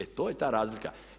E to je ta razlika.